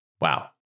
Wow